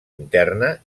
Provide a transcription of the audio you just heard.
interna